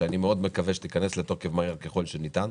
שאני מקווה מאוד שתיכנס לתוקף מהר ככל שניתן.